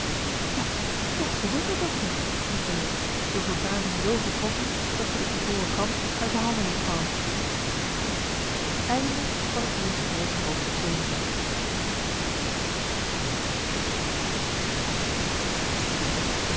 dat dat's de wonderdokter riep deze door verbazing z getroffen dat ze de ivoren kam uit de handen liet vallen